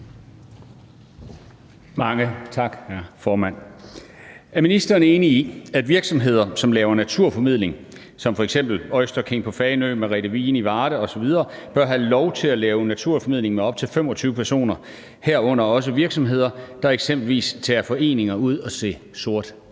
Mange tak, hr. formand. Er ministeren enig i, at virksomheder, som laver naturformidling, som f.eks. Oyster King på Fanø og Merete Vigen i Varde, bør have lov til at lave naturformidling for op til 25 personer, herunder også virksomheder, der eksempelvis tager foreninger ud for at se sort